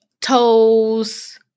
toes